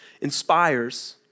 inspires